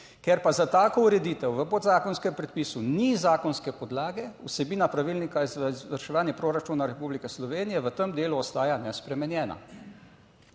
Ker pa za tako ureditev v podzakonskem predpisu ni zakonske podlage, vsebina Pravilnika za izvrševanje proračuna Republike Slovenije v tem delu ostaja nespremenjena."